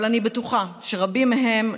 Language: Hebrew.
אבל אני בטוחה שרבים מהם,